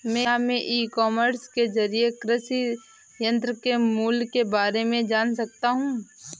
क्या मैं e commerce के ज़रिए कृषि यंत्र के मूल्य में बारे में जान सकता हूँ?